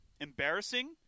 Embarrassing